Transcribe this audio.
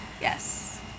Yes